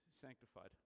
sanctified